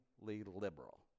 liberal